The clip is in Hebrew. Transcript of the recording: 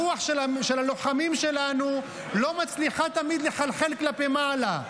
הרוח של הלוחמים שלנו לא מצליחה תמיד לחלחל כלפי מעלה,